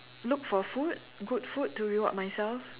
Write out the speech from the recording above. look for food good food to reward myself